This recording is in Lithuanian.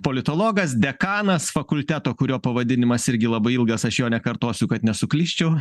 politologas dekanas fakulteto kurio pavadinimas irgi labai ilgas aš jo nekartosiu kad nesuklysčiau